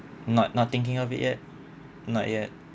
not not thinking of it yet not yet